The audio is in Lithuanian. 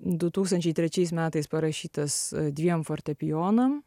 du tūkstančiai trečiais metais parašytas dviem fortepijonam